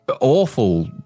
Awful